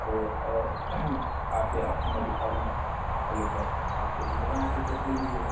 اور آ کے آپ کو میں دکھا دوں گا وہ لیپ ٹاپ آپ کو لینا ہو تو اس وقت لے لیجیے گا